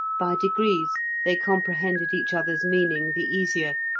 by degrees they comprehended each other's meaning the easier,